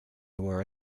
were